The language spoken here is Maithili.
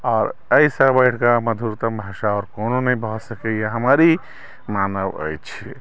आओर एहिसँ बढ़िके मधुरतम भाषा आओर कोनो नहि भऽ सकैया हमर ई मानब अछि